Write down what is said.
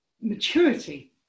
maturity